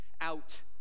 out